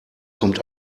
kommt